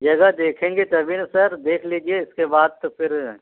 जगह देखेंगे तभी ना सर देख लीजिए इसके बाद तो फिर